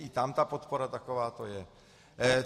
I tam ta podpora takováto je.